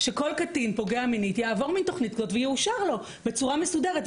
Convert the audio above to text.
שכל קטין שפוגע מינית יעבור מעין תוכנית כזאת ויאושר לו בצורה מסודרת,